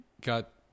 got